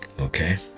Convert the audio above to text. Okay